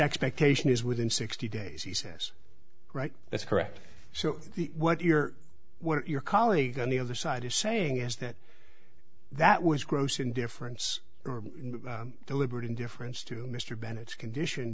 expectation is within sixty days he says right that's correct so what you're what your colleague on the other side is saying is that that was gross indifference or deliberate indifference to mr bennett's condition